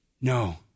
No